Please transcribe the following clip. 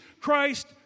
Christ